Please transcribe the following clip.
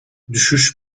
düşüş